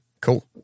cool